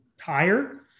higher